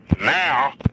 Now